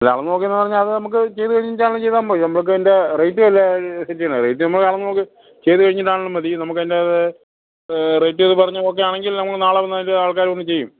ഇല്ല അളന്ന് നോക്കിയെന്ന് പറഞ്ഞാൽ അത് നമുക്ക് ചെയ്ത് കഴിഞ്ഞിട്ടങ്ങോട്ട് ചെയ്താൽ മതി നമ്മക്ക് അതിൻ്റെ റേറ്റ് അല്ലേ സെറ്റ് ചെയ്യുന്നത് റേറ്റ് നമ്മൾ നോക്കി ചെയ്ത് കഴിഞ്ഞിട്ടാണെങ്കിലും മതി നമുക്കതിൻ്റെ റേറ്റ് ഇത് പറഞ്ഞ് ഓക്കെ ആണെങ്കിൽ നമുക്ക് നാളെ വന്ന് അതിൻ്റെ ആൾക്കാർ വന്ന് ചെയ്യും